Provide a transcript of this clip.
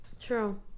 True